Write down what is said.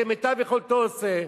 כמיטב יכולתו עושה,